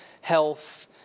health